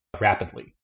rapidly